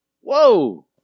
Whoa